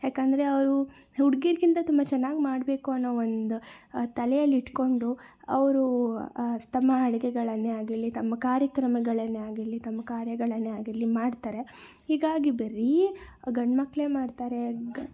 ಯಾಕಂದರೆ ಅವರು ಹುಡುಗೀರ್ಗಿಂತ ತುಂಬ ಚೆನ್ನಾಗಿ ಮಾಡಬೇಕು ಅನ್ನೋ ಒಂದು ತಲೆಯಲ್ಲಿ ಇಟ್ಕೊಂಡು ಅವರು ತಮ್ಮ ಅಡುಗೆಗಳನ್ನೆ ಆಗಿರಲೀ ತಮ್ಮ ಕಾರ್ಯಕ್ರಮಗಳನ್ನೇ ಆಗಿರಲಿ ತಮ್ಮ ಕಾರ್ಯಗಳನ್ನೇ ಆಗಿರಲೀ ಮಾಡ್ತಾರೆ ಹೀಗಾಗಿ ಬರೀ ಗಂಡು ಮಕ್ಕಳೆ ಮಾಡ್ತಾರೆ ಗ